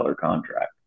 contract